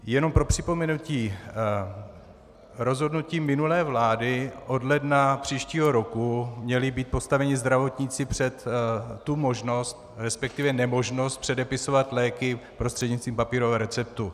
Jenom pro připomenutí: rozhodnutím minulé vlády od ledna příštího roku měli být postaveni zdravotníci před tu možnost, resp. nemožnost předepisovat léky prostřednictvím papírového receptu.